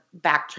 backtrack